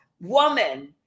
woman